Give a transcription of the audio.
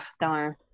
darn